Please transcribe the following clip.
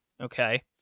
Okay